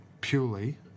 purely